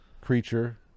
creature